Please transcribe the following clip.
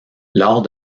lors